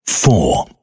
Four